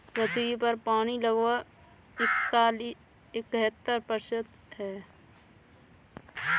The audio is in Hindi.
पृथ्वी पर पानी लगभग इकहत्तर प्रतिशत है